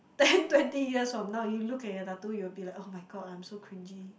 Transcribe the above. ten twenty years from now you look at your tattoo you'll be like !ugh! my god I'm so cringey